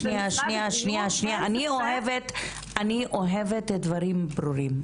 אני אוהבת דברים ברורים.